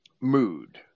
mood